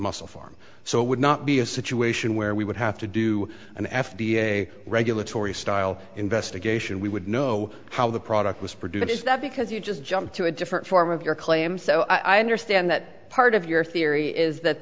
muscle farm so it would not be a situation where we would have to do an f d a regulatory style investigation we would know how the product was produced is that because you just jump to a different form of your claim so i understand that part of your theory is that